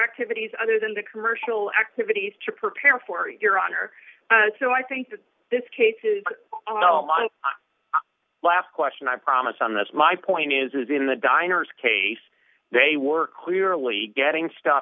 activities other than the commercial activities to prepare for your honor so i think that this case is a lot of last question i promise on this my point is is in the diners case they were clearly getting stuff